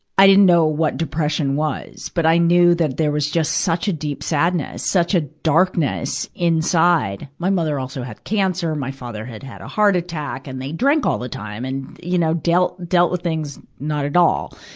i didn't know what depression was, but i knew that there was just such a deep sadness, such a darkness inside. my mother also had cancer my father had had a heart attack. and they drank all the time, and you know, dealt, dealt with things not at all.